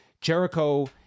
Jericho